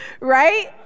right